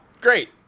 Great